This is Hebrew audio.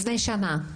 לפני שנה.